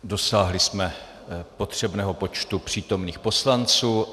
Dosáhli jsme potřebného počtu přítomných poslanců.